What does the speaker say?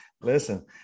Listen